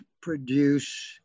produce